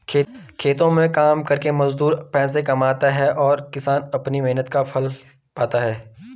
खेतों में काम करके मजदूर पैसे कमाते हैं और किसान अपनी मेहनत का फल पाता है